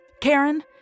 Karen